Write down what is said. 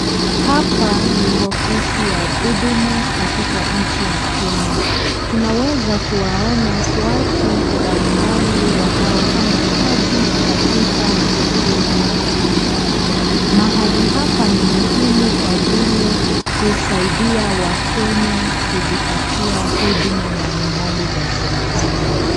Hapa ni ofisi ya huduma katika nchi ya kenya tunaweza kuwaona watu mbalimbali wanaofanya kazi katika sehemu hii mahali hapa ni muhimu Kwa vile husaidia wakenya kujipatia huduma mbalimbali za serikali.